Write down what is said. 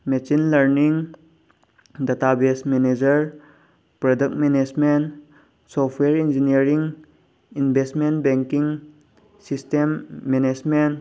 machine learning data base manager product management software engineering investment banking system management